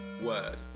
Word